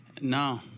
No